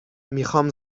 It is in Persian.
میخام